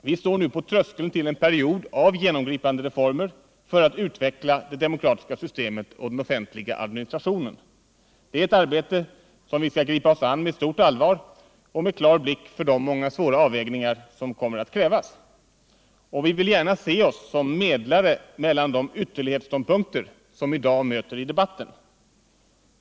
Vi står nu på tröskeln till en period av genomgripande reformer för att utveckla det demokratiska systemet och den offentliga administrationen. Det är ett arbete som vi skall gripa oss an med stort allvar och med klar blick för de många svåra avvägningar som kommer att krävas. Och vi vill gärna se oss som medlare mellan de ytterlighetsståndpunkter som i dag möter i debatten.